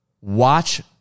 Watch